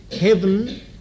heaven